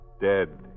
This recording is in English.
dead